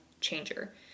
changer